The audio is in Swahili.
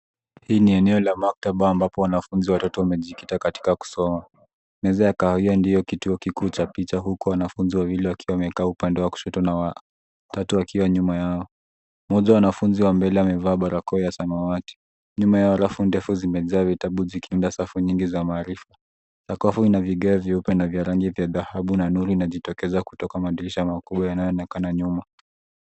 Hii ni eneo la maktaba ambapo wanafunzi watatu wamejikita katika kusoma. Meza ya kahawia ndio kituo kikuu cha picha huku wanafunzi wawili wakiwa wamekaa upande wa kushoto na wa tatu akiwa nyuma yao. Mmoja wa wanafunzi wa mbele amevaa barakoa ya samawati. Nyuma yao rafu ndefu zimejaa vitabu zikiunda safu nyingi za maarifa. Sakafu ina vigae vyeupe na vya rangi vya dhahabu na nuru inajitokeza kutoka madirisha makubwa yanayoonekana nyuma.